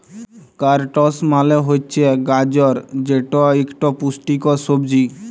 carrots মালে হছে গাজর যেট ইকট পুষ্টিকর সবজি